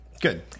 Good